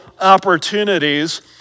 opportunities